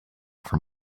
from